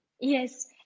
Yes